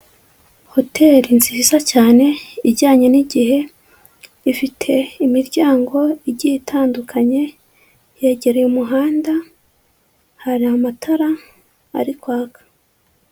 Hoteli nziza cyane ijyanye n'igihe, ifite imiryango igiye itandukanye, yegereye umuhanda, hari amatara ari kwaka.